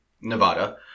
Nevada